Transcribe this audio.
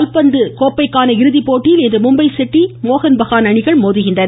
கால்பந்து கோப்பைக்கான இறுதிப் போட்டியில் இன்று மும்பை சிட்டி மோகன் பஹான் அணிகள் மோதுகின்றன